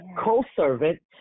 co-servant